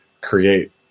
create